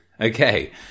Okay